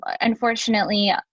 unfortunately